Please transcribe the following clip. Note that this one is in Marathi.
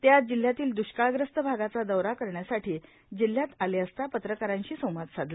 ते आज जिल्ह्यातील दृष्काळग्रस्त भागाचा दौरा करण्यासाठी जिल्ह्यात आले असता पत्रकारांशी संवाद साधला